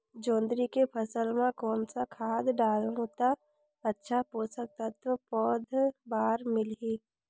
जोंदरी के फसल मां कोन सा खाद डालहु ता अच्छा पोषक तत्व पौध बार मिलही?